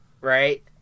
right